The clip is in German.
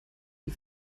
die